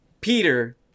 Peter